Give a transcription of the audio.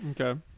Okay